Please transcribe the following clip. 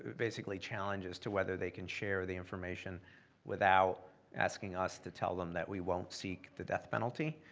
basically challenges to whether they can share the information without asking us to tell them that we won't seek the death penalty,